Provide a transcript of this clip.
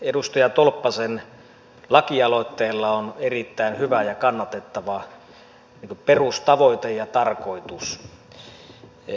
edustaja tolppasen lakialoitteella on erittäin hyvä ja kannatettava perustavoite ja tarkoitus